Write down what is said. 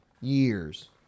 years